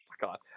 God